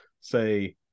say